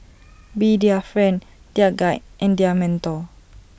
be their friend their guide and their mentor